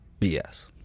BS